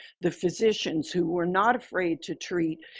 the physicians who were not afraid to treat,